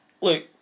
look